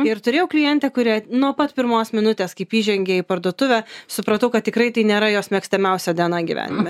ir turėjau klientę kuri nuo pat pirmos minutės kaip įžengė į parduotuvę supratau kad tikrai tai nėra jos mėgstamiausia diena gyvenime